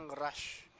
rush